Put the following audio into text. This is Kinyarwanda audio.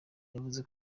yavuze